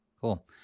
cool